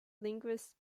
linguist